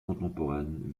contemporaines